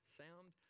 sound